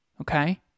Okay